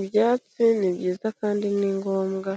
Ibyatsi ni byiza kandi ni ngombwa